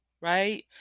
right